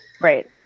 right